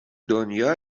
دنیا